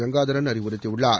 Gangadharan அறவுறுத்தியுள்ளார்